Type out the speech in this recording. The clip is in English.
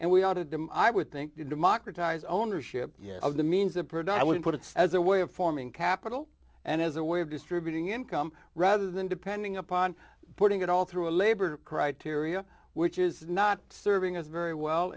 and we ought to do i would think to democratize ownership of the means of production we put it as a way of forming capital and as a way of distributing income rather than depending upon putting it all through a labor criteria which is not serving as a very well